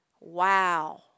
Wow